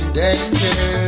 danger